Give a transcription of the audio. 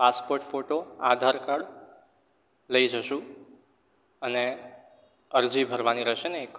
passport photo Aadhaar card લઈ જઇશું અને અરજી ભરવાની રહેશે ને એક